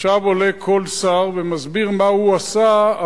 עכשיו עולה כל שר ומסביר מה הוא עשה,